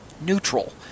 neutral